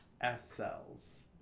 S-cells